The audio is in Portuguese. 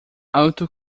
auto